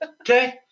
Okay